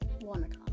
one